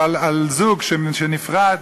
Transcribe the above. על זוג שנפרד.